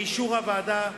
באישור הוועדה,